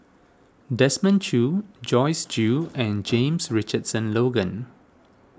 Desmond Choo Joyce Jue and James Richardson Logan